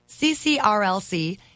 CCRLC